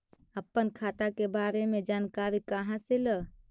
अपन खाता के बारे मे जानकारी कहा से ल?